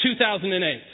2008